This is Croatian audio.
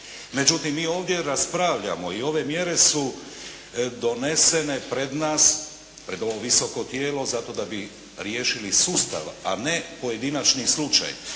Međutim, mi ovdje raspravljamo i ove mjere su donesene pred nas, pred ovo Visoko tijelo da bi riješili sustav, a ne pojedinačni slučaj.